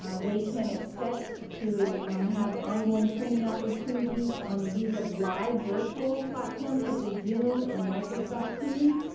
um they can expect to have ongoing training opportunities on the use of live virtual platforms such as zoom and microsoft teams.